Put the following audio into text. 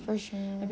for sure